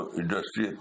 industry